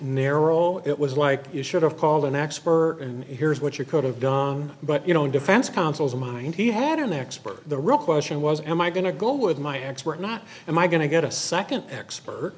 narrow it was like you should have called an expert and here's what you could have done but you know in defense counsel's mind he had an expert the real question was am i going to go with my x we're not am i going to get a second expert